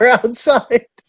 outside